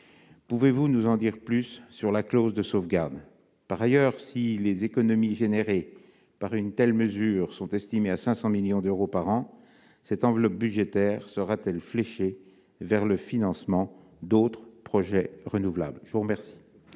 Pouvez-vous nous en dire plus sur la clause de sauvegarde ? Par ailleurs, si les économies suscitées par une telle mesure sont estimées à 500 millions d'euros par an, cette enveloppe budgétaire sera-t-elle fléchée vers le financement d'autres projets renouvelables ? La parole